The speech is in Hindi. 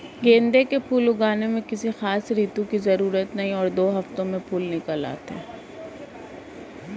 गेंदे के फूल उगाने में किसी खास ऋतू की जरूरत नहीं और दो हफ्तों में फूल निकल आते हैं